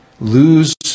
lose